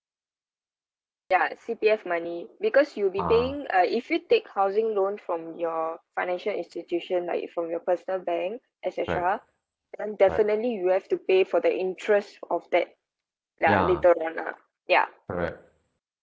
ya C_P_F money because you'll be paying uh if you take housing loan from your financial institution like from your personal bank etcetera then definitely you have to pay for the interest of that ya later on lah ya